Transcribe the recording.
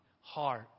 heart